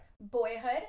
boyhood